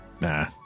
Nah